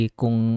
kung